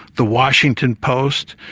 the washington post,